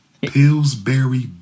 Pillsbury